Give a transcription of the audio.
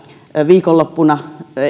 viikonloppuisin